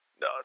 No